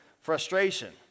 frustration